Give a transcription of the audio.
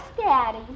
Daddy